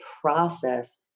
process